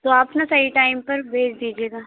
तो आप ना सही टाइम पर भेज दीजिएगा